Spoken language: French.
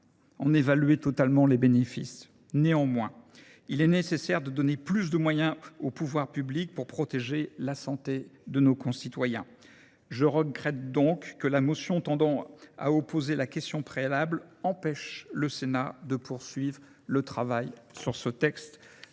en évaluer les bénéfices. Néanmoins, il est nécessaire de donner plus de moyens aux pouvoirs publics pour protéger la santé de nos concitoyens. Je regrette donc que la motion tendant à opposer la question préalable empêche le Sénat de poursuivre le travail sur ce texte.